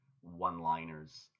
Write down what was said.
one-liners